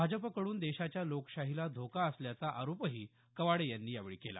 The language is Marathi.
भाजपकडून देशाच्या लोकशाहीला धोका असल्याचा आरोपही कवाडे यांनी यावेळी केला